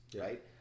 right